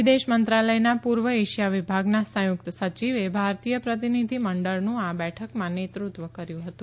વિદેશ મંત્રાલયના પુર્વ એશિયા વિભાગના સંયુકત સચિવે ભારતીય પ્રતિનિધિ મંડળનું આ બેઠકમાં નેતૃત્વ કર્યુ હતું